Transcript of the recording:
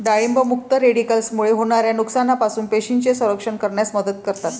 डाळिंब मुक्त रॅडिकल्समुळे होणाऱ्या नुकसानापासून पेशींचे संरक्षण करण्यास मदत करतात